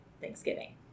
Thanksgiving